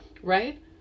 right